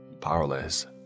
Powerless